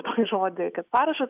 tokį žodį kad parašas